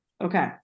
Okay